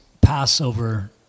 Passover